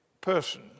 person